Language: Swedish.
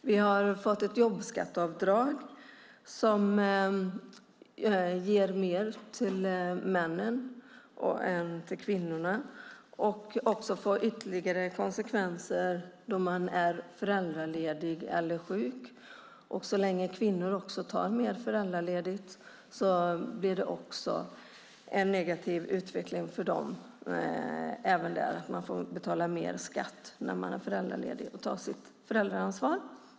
Vi har också fått ett jobbskatteavdrag som ger mer till männen än till kvinnorna och som får ytterligare konsekvenser när man är föräldraledig eller sjuk. Så länge kvinnor tar mer föräldraledigt får det en negativ utveckling för dem eftersom man får betala mer skatt när man är föräldraledig och tar sitt föräldraansvar.